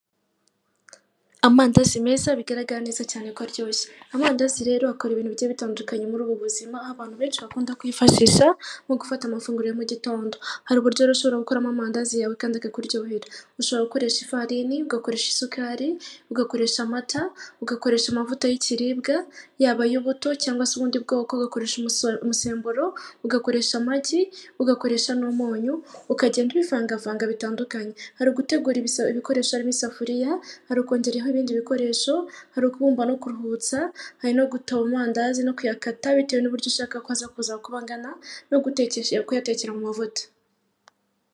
Amandazi meza bigaragara neza cyane ko aryoshye, abadozi rero bakora ibintu bye bitandukanye muri ubu buzima abantu benshi bakunda kwifashisha nko gufata amafunguro mu gitondo hari uburyo ushobora gukoramo amandazi yawe kandi akakuryohera. Ushobora gukoresha ifarini, ugakoresha isukari, ugakoresha amata, ugakoresha amavuta y'ibiribwa yaba ay'ubuto cyangwag se ubundi bwoko, ugakoresha, umusemburo, ugakoresha amagi ,ugakoresha n'umunyu ukagenda ubivangavanga bitandukanye. Hari ugutegura ibikoresho n'isafuriya, hari kongeraho ibindi bikoresho, hari ukubumba no kuruhutsa hari no gutoba amandazi no kuyakata bitewe n'uburyo ushaka ko aza kuza kuba angana no kuyatekera mu mavuta.